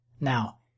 Now